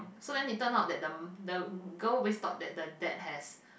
so then it turn up that the the girl always thought the dad has